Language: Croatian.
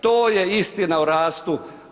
To je istina o rastu.